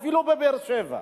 אפילו לא באר-שבע.